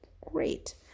great